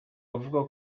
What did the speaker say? avuga